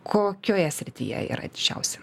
kokioje srityje jie yra didžiausi